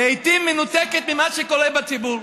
לעיתים מנותקת ממה שקורה בציבור,